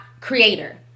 creator